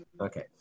Okay